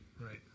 Right